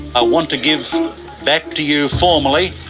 i want to give back to you, formally,